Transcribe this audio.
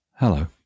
Hello